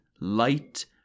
light